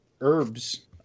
herbs